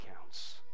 counts